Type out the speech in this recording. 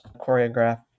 choreograph